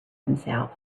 himself